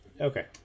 Okay